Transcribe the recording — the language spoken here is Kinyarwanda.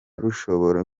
rushobora